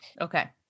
Okay